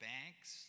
Banks